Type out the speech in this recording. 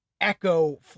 echo